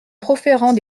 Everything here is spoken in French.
proférant